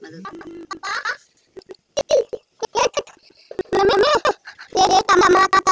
cargo में पानी, हवा या जमीन द्वारा पहुंचाए गए थोक सामान होते हैं